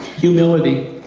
humility,